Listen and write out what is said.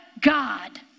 God